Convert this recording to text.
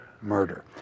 murder